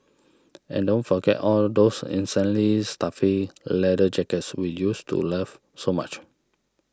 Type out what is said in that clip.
and don't forget all those insanely stuffy leather jackets we used to love so much